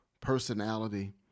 personality